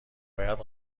باید